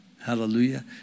hallelujah